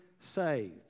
saved